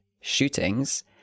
shootings